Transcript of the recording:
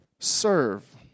Serve